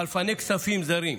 חלפני כספים זרים,